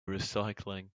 recycling